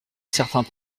certains